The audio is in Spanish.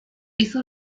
hizo